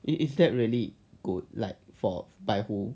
it is that really good like for by who